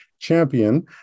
champion